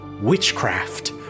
witchcraft